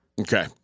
Okay